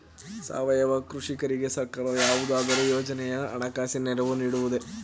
ಸಾವಯವ ಕೃಷಿಕರಿಗೆ ಸರ್ಕಾರದ ಯಾವುದಾದರು ಯೋಜನೆಯು ಹಣಕಾಸಿನ ನೆರವು ನೀಡುವುದೇ?